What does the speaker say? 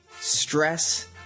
stress